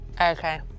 Okay